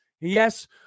Yes